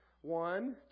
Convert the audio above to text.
one